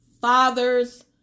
father's